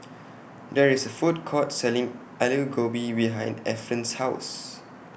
There IS A Food Court Selling Alu Gobi behind Efren's House